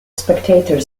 spectator